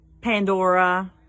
Pandora